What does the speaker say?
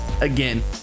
Again